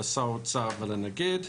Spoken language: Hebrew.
לשר האוצר ולנגיד,